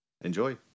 Enjoy